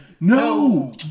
no